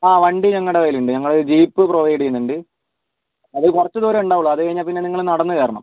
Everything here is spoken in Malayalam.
ആ വണ്ടി ഞങ്ങളുടെ കയ്യിലുണ്ട് ഞങ്ങൾ ജീപ്പ് പ്രൊവൈഡ് ചെയ്യുന്നുണ്ട് അത് കുറച്ച് ദൂരം ഉണ്ടാവുകയുള്ളു അത് കഴിഞ്ഞാൽ പിന്നെ നിങ്ങൾ നടന്ന് കയറണം